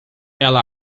ela